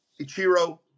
ichiro